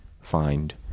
find